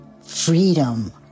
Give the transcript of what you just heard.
freedom